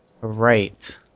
Right